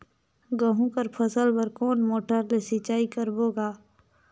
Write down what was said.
गहूं कर फसल बर कोन मोटर ले सिंचाई करबो गा?